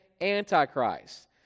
antichrist